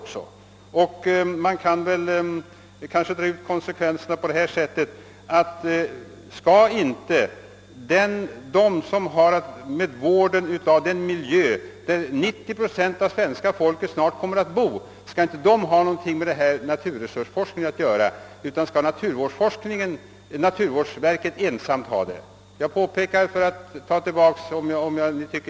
Kanske kan man också dra ut konsekvenserna litet längre och fråga om inte de som har med vården av den miljö att göra som snart 90 procent av svenska folket kommer att bo i skall ha någonting med naturresursforskningen att göra. Skall naturvårdsverket ensamt sköta den saken?